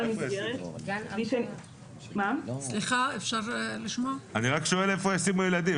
מסגרת --- אני רק שואל איפה ישימו ילדים?